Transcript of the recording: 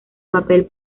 papel